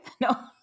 No